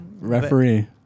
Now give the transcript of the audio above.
Referee